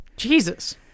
Jesus